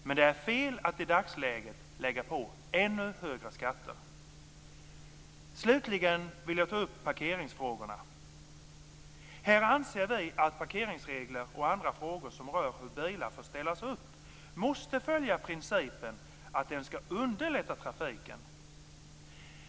Men det är fel att i dagsläget lägga på ännu högre skatter. Slutligen vill jag ta upp parkeringsfrågorna. Här anser vi att parkeringsregler och andra frågor som rör hur bilar får ställas upp måste följa principen att det skall underlätta trafiken.